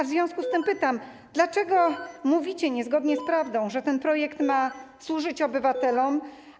W związku z tym pytam: Dlaczego mówicie, niezgodnie z prawdą, że ten projekt ma służyć obywatelom?